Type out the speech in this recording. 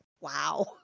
wow